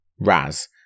Raz